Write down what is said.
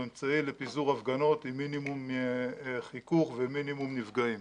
הוא אמצעי לפיזור הפגנות עם מינימום חיכוך ומינימום נפגעים.